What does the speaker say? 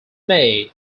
may